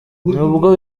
nubwo